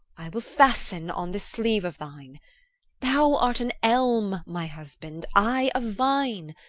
i will fasten on this sleeve of thine thou art an elm, my husband, i a vine,